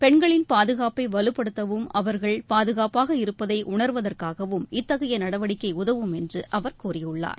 பெண்களின் பாதுகாப்பை வலுப்படுத்தவும் அவர்கள் பாதுகாப்பாக இருப்பதை உணர்வதற்காகவும் இத்தகைய நடவடிக்கை உதவும் என்று அவர் கூறியுள்ளார்